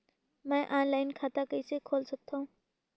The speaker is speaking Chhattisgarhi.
मैं ऑनलाइन खाता कइसे खोल सकथव?